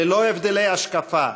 ללא הבדלי השקפה,